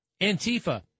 Antifa